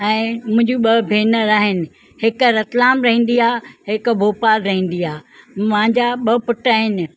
ऐं मुंहिंजी ॿ भेनर आहिनि हिकु रतलाम रहिंदी आहे हिकु भोपाल रहिंदी आहे मुंहिंजा ॿ पुट आहिनि